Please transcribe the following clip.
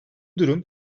durum